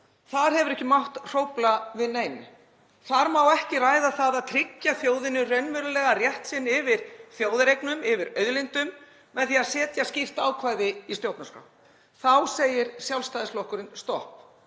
Þar hefur ekki mátt hrófla við neinu. Þar má ekki ræða það að tryggja þjóðinni raunverulega rétt sinn yfir þjóðareignum, yfir auðlindum, með því að setja skýrt ákvæði í stjórnarskrá. Þá segir Sjálfstæðisflokkurinn stopp.